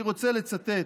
אני רוצה לצטט,